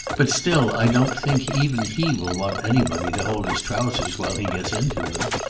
but still i don't think even he will want anybody to hold his trousers while he gets into them.